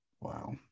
Wow